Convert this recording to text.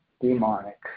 demonic